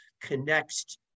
connects